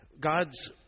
God's